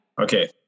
Okay